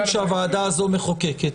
שהוועדה הזאת מחוקקת.